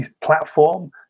platform